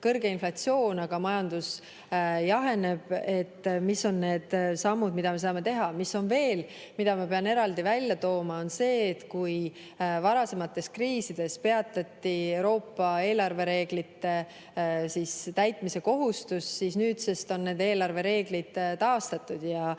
kõrge inflatsioon, aga majandus jaheneb. Mis on need sammud, mida me saame teha? Ma pean veel eraldi välja tooma selle, et kui varasemates kriisides peatati Euroopa eelarvereeglite täitmise kohustus, siis nüüdsest on nende eelarvereeglid taastatud,